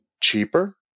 cheaper